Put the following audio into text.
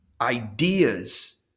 ideas